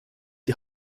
die